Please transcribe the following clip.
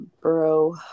bro